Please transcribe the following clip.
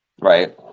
right